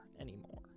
anymore